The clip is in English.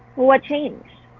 what changed?